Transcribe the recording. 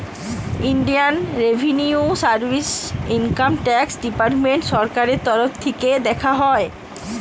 Indian revenue service income tax department সরকারের তরফ থিকে দেখা হয়